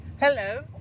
Hello